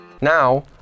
Now